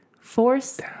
force